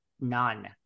none